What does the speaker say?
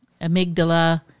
amygdala